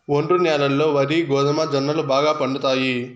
ఒండ్రు న్యాలల్లో వరి, గోధుమ, జొన్నలు బాగా పండుతాయి